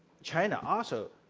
china, also